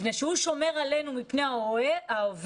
הוא שומר עלינו מפני ההווה,